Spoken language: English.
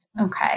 Okay